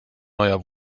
neuer